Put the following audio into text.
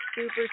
super